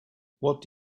what